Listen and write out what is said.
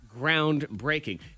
groundbreaking